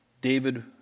David